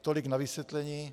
Tolik na vysvětlení.